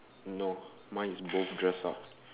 no mine is both dress up